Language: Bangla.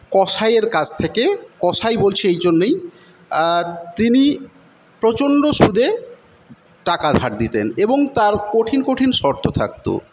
কসাইয়ের কাছ থেকে কসাই বলছি এই জন্যেই তিনি প্রচন্ড সুদে টাকা ধার দিতেন এবং তার কঠিন কঠিন শর্ত থাকতো